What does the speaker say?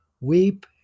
weep